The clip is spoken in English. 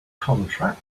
contract